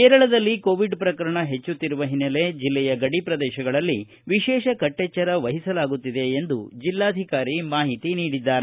ಕೇರಳದಲ್ಲಿ ಕೋವಿಡ್ ಪ್ರಕರಣ ಹೆಚ್ಚುತ್ತಿರುವ ಹಿನ್ನೆಲೆ ಜಿಲ್ಲೆಯ ಗಡಿ ಪ್ರದೇಶಗಳಲ್ಲಿ ವಿಶೇಷ ಕಟ್ಟೆಚ್ಚರ ಮಹಿಸಲಾಗುತ್ತಿದೆ ಎಂದು ಜಿಲ್ಲಾಧಿಕಾರಿ ಮಾಹಿತಿ ನೀಡಿದ್ದಾರೆ